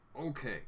Okay